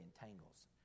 entangles